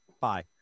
Bye